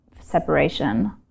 separation